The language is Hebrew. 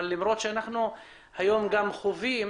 זאת למרות שהיום גם חווים